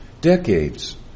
decades